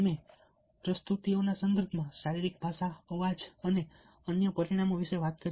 અમે પ્રસ્તુતિઓના સંદર્ભમાં શારીરિક ભાષા અવાજ અને અન્ય પરિમાણો વિશે વાત કરી